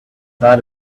thought